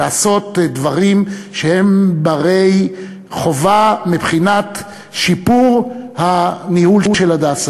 לעשות דברים שהם חובה מבחינת שיפור הניהול של "הדסה".